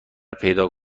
پیدا